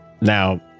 Now